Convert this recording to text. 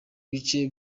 bice